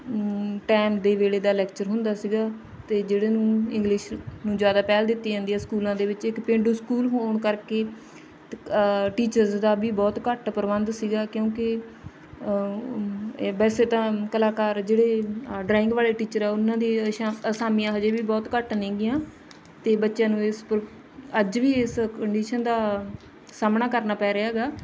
time ਦੇ ਵੇਲੇ ਦਾ ਲੈਕਚਰ ਹੁੰਦਾ ਸੀਗਾ ਅਤੇ ਜਿਹੜੇ ਨੂੰ ਇੰਗਲਿਸ਼ ਨੂੰ ਜ਼ਿਆਦਾ ਪਹਿਲ ਦਿੱਤੀ ਜਾਂਦੀ ਹੈ ਸਕੂਲਾਂ ਦੇ ਵਿੱਚ ਇੱਕ ਪੇਂਡੂ ਸਕੂਲ ਹੋਣ ਕਰਕੇ ਟੀਚਰਸ ਦਾ ਵੀ ਬਹੁਤ ਘੱਟ ਪ੍ਰਬੰਧ ਸੀਗਾ ਕਿਉਂਕਿ ਵੈਸੇ ਤਾਂ ਕਲਾਕਾਰ ਜਿਹੜੇ ਡਰਾਇੰਗ ਵਾਲੇ ਟੀਚਰ ਆ ਉਹਨਾਂ ਦੀਆਂ ਅਸਾ ਅਸਾਮੀਆਂ ਹਜੇ ਵੀ ਬਹੁਤ ਘੱਟ ਨੇਗੀਆਂ ਅਤੇ ਬੱਚਿਆਂ ਨੂੰ ਇਸ ਪਰ ਅੱਜ ਵੀ ਇਸ ਕੰਡੀਸ਼ਨ ਦਾ ਸਾਹਮਣਾ ਕਰਨਾ ਪੈ ਰਿਹਾ ਹੈਗਾ